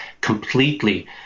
completely